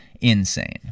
insane